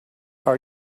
are